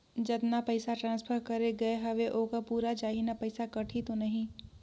जतना पइसा ट्रांसफर करे गये हवे ओकर पूरा जाही न पइसा कटही तो नहीं?